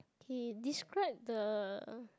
k describe the